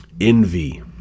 envy